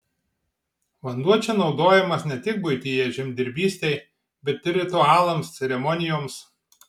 vanduo čia naudojamas ne tik buityje žemdirbystei bet ir ritualams ceremonijoms